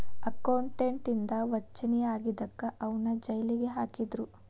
accountant ಇಂದಾ ವಂಚನೆ ಆಗಿದಕ್ಕ ಅವನ್ನ್ ಜೈಲಿಗ್ ಹಾಕಿದ್ರು